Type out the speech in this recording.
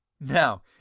Now